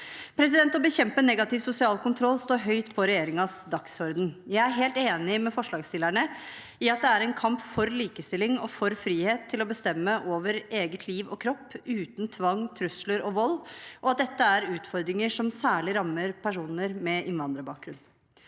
fellesskap. Å bekjempe negativ sosial kontroll står høyt på regjeringens dagsorden. Jeg er helt enig med forslagsstil lerne i at det er en kamp for likestilling og for frihet til å bestemme over eget liv og kropp uten tvang, trusler og vold, og at dette er utfordringer som særlig rammer personer med innvandrerbakgrunn.